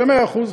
במאה אחוז,